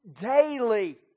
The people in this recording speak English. daily